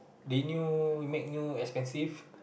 renew make new expensive